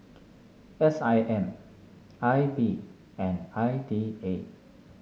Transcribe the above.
S I M I B and I D A